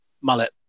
mullet